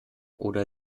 oder